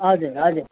हजुर हजुर